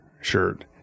shirt